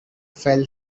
fell